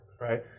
Right